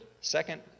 second